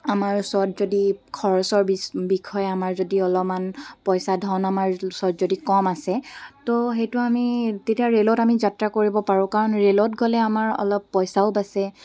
আমাৰ ওচৰত যদি খৰচৰ বিষয়ে আমাৰ যদি অলপমান পইচা ধন আমাৰ ওচৰত যদি কম আছে তো সেইটো আমি তেতিয়া ৰে'লত আমি যাত্ৰা কৰিব পাৰোঁ কাৰণ ৰে'লত গ'লে আমাৰ অলপ পইচাও বাচে